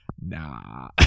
nah